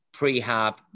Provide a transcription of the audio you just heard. prehab